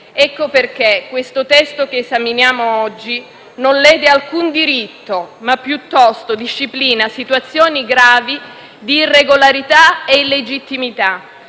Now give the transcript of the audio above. e per questo il testo che esaminiamo oggi non lede alcun diritto, ma piuttosto disciplina situazioni gravi di irregolarità e illegittimità,